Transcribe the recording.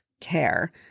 care